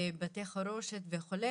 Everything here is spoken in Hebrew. בתי חרושת וכו'